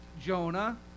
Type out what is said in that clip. Jonah